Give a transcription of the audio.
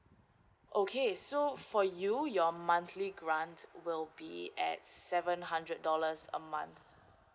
okay so for you your monthly grants will be at seven hundred dollars a month